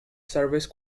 service